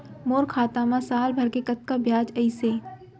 मोर खाता मा साल भर के कतका बियाज अइसे?